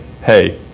hey